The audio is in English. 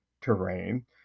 terrain